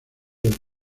del